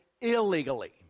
illegally